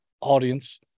audience